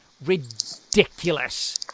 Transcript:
ridiculous